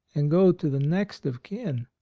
and go to the next of kin.